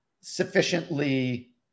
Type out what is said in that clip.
sufficiently